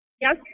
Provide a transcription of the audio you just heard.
Yes